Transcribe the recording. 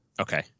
okay